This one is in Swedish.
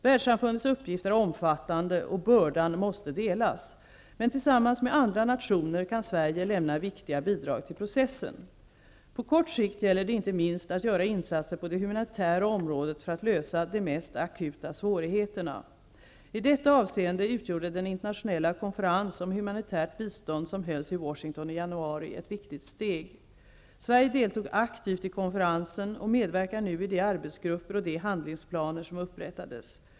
Världssamfundets uppgift är omfattande och bördan måste delas. Tillsammans med andra nationer kan Sverige lämna viktiga bidrag till processen. På kort sikt gäller det inte minst att göra insatser på det humanitära området för att lösa de mest akuta svårigheterna. I detta avseende utgjorde den internationella konferens om humanitärt bistånd som hölls i Washington i januari ett viktigt steg. Sverige deltog aktivt i konferensen och medverkar nu i de arbetsgruppper och de handlingsplaner som upprättades.